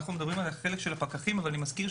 אנחנו מדברים על החלק של הפקחים אבל על כל